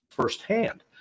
firsthand